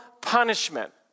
punishment